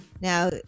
Now